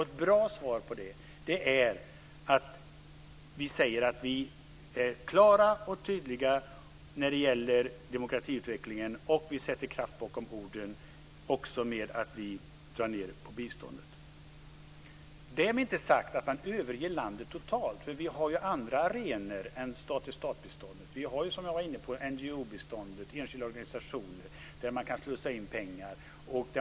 Ett bra svar är att vi är klara och tydliga när det gäller demokratiutvecklingen och att vi sätter kraft bakom orden också genom att vi drar ned på biståndet. Därmed är det inte sagt att man överger landet totalt. Vi har andra arenor än stat-till-stat-biståndet. Vi har, som jag var inne på, NGO-biståndet och enskilda organisationer, där man kan slussa in pengar.